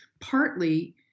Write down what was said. partly